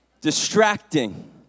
distracting